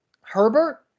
Herbert